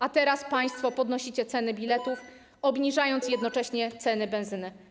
A teraz państwo podnosicie ceny biletów, obniżając jednocześnie ceny benzyny.